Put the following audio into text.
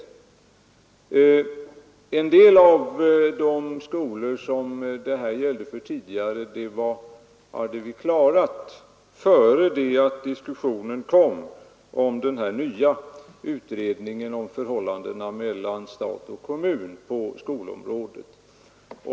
För en del av de skolor som statsbidragsreglerna gällde för tidigare hade vi löst frågan innan diskussionen kom om den nu pågående utredningen om förhållandena mellan stat och kommun på skolområdet.